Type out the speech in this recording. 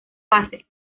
fases